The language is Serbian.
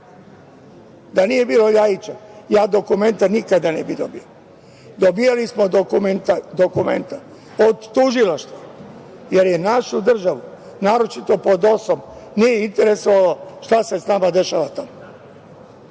Da nije bilo Ljajića, ja dokumenta nikada ne bih dobio. Dobijali smo dokumenta od tužilaštva, jer našu državu, naročito pod DOS-om, nije interesovalo šta se sa nama tamo